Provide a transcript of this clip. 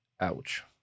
Ouch